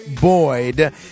Boyd